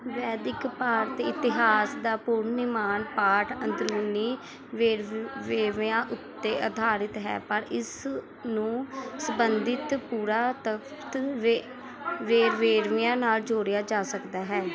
ਵੈਦਿਕ ਭਾਰਤ ਇਤਿਹਾਸ ਦਾ ਪੁਨਰਨਿਰਮਾਣ ਪਾਠ ਅੰਦਰੂਨੀ ਵੇਰਵ ਵੇਰਵਿਆਂ ਉੱਤੇ ਅਧਾਰਤ ਹੈ ਪਰ ਇਸ ਨੂੰ ਸਬੰਧਿਤ ਪੁਰਾਤੱਤਵ ਵੇ ਵੇਰਵਿਆਂ ਨਾਲ ਜੋੜਿਆ ਜਾ ਸਕਦਾ ਹੈ